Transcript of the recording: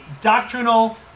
doctrinal